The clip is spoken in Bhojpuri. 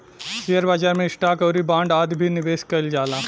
शेयर बाजार में स्टॉक आउरी बांड आदि में निबेश कईल जाला